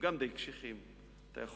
גם